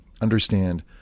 Understand